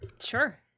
Sure